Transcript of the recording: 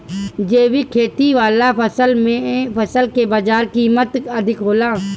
जैविक खेती वाला फसल के बाजार कीमत अधिक होला